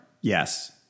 Yes